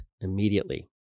immediately